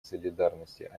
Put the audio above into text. солидарности